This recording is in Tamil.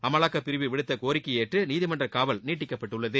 அமலாக்கப்பிரிவு விடுத்த கோரிக்கையை ஏற்று நீதிமன்றக் காவல் நீட்டிக்கப்பட்டுள்ளது